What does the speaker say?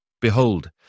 behold